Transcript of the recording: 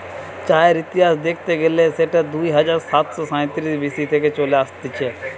চায়ের ইতিহাস দেখতে গেলে সেটা দুই হাজার সাতশ সাইতিরিশ বি.সি থেকে চলে আসতিছে